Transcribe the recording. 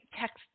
text